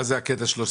מה זה קטע 13?